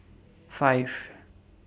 five